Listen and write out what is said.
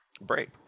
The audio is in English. Break